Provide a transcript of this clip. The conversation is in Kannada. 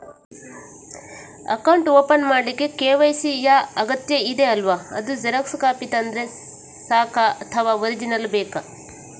ಅಕೌಂಟ್ ಓಪನ್ ಮಾಡ್ಲಿಕ್ಕೆ ಕೆ.ವೈ.ಸಿ ಯಾ ಅಗತ್ಯ ಇದೆ ಅಲ್ವ ಅದು ಜೆರಾಕ್ಸ್ ಕಾಪಿ ತಂದ್ರೆ ಸಾಕ ಅಥವಾ ಒರಿಜಿನಲ್ ಬೇಕಾ?